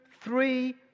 three